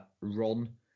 run